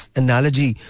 analogy